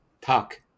Talk